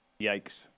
Yikes